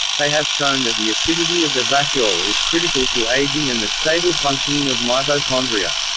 they have shown that the acidity of the vacuole is critical to aging and the stable functioning of mitochondria.